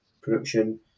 production